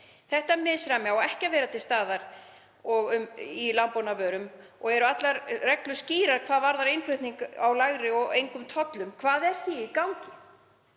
Þetta misræmi á ekki að vera til staðar í landbúnaðarvörum og eru allar reglur skýrar hvað varðar innflutning á lægri og engum tollum. Hvað er því í gangi?